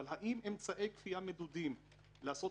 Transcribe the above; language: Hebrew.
אבל האם אמצעי כפייה מדודים ולעשות